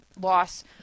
loss